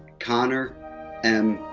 connor m.